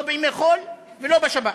לא בימי חול ולא בשבת.